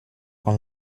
con